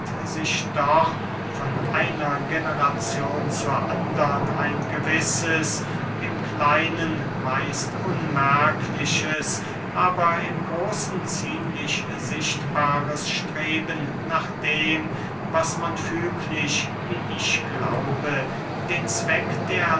sich doch von einer generazion zur andern ein gewisses im kleinen meist unmerkliches aber im großen ziemlich sichtbares streben nach dem was man füglich wie ich glaube den zweck der